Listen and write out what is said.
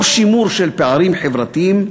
אותו שימור של פערים חברתיים,